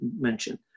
mentioned